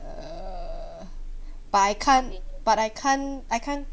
err but I can't but I can't I can't